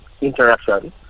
interaction